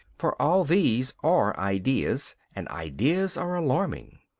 for all these are ideas and ideas are alarming.